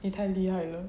你太厉害了